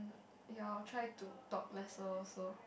ya I will try to talk less lor also